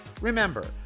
Remember